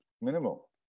minimal